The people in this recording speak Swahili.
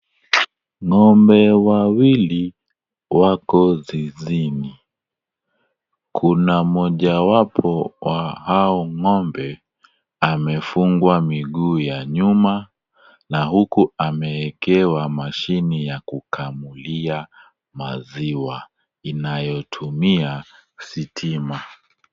Ngombe wawili wako zizini. Kuna mojawapo wa hao ngombe amefungwa miguu ya nyuma na huku ameekewa mashini ya kukamulia maziwa inayotumia stima.